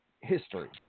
history